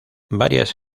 varias